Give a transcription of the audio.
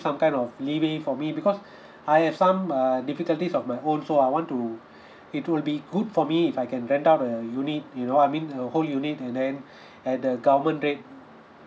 some what kind of lever for me because I have some err difficulties of my own so I want to it would be good for me if I can rent out a unit you know I mean a whole unit and then at the government rate